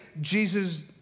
Jesus